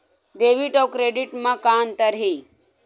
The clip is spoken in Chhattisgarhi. डेबिट अउ क्रेडिट म का अंतर हे?